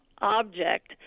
object